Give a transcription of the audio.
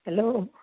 hello